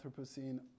Anthropocene